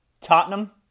Tottenham